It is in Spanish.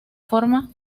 forma